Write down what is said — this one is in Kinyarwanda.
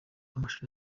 amashusho